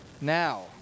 now